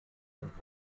und